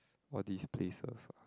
all these places ah